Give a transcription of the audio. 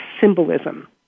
symbolism